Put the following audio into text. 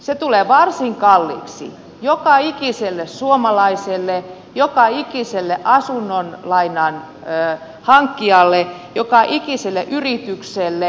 se tulee varsin kalliiksi joka ikiselle suomalaiselle joka ikiselle asuntolainan hankkijalle joka ikiselle yritykselle